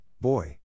boy